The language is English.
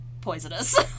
poisonous